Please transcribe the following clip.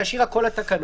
להשאיר הכול בתקנות,